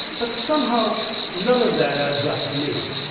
but, somehow, none of that adds up to me,